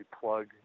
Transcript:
plug